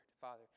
Father